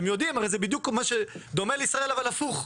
אתם יודעים, הרי זה דומה לישראל, אבל הפוך.